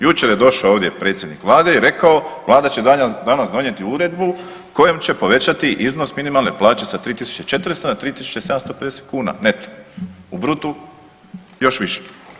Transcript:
Jučer je došao ovdje predsjednik vlade i rekao vlada će danas donijeti uredbu kojom će povećati iznos minimalne plaće sa 3.400 na 3.750 kuna neto u brutu još više.